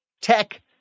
tech